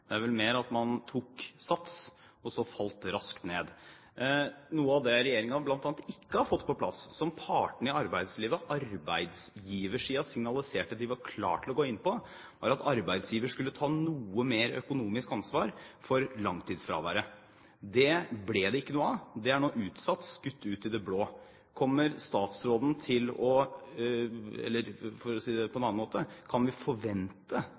Det er vel mer at man tok sats og så falt raskt ned. Noe av det som regjeringen ikke har fått på plass, som partene i arbeidslivet – arbeidsgiversiden – signaliserte at de var klar til å gå inn på, var at arbeidsgiver skulle ta noe mer økonomisk ansvar for langtidsfraværet. Det ble det ikke noe av. Det er nå utsatt, skutt ut i det blå. Kommer statsråden til å – eller for å si det på en annen måte: Kan vi forvente